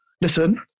listen